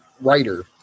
writer